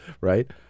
right